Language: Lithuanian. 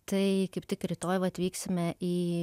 tai kaip tik rytoj vat vyksime į